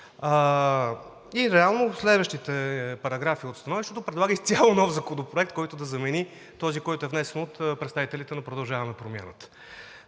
Реално следващите параграфи от становището предлагат изцяло нов законопроект, който да замени този, който е внесен от представителите на „Продължаваме Промяната“.